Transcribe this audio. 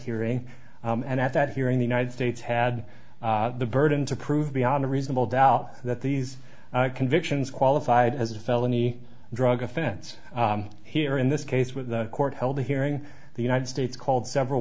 hearing and at that hearing the united states had the burden to prove beyond a reasonable doubt that these convictions qualified as a felony drug offense here in this case with the court held a hearing the united states called several